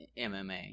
MMA